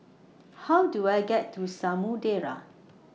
How Do I get to Samudera